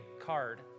card